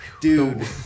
Dude